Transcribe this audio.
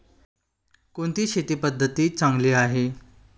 कोणती शेती पद्धती चांगली आहे?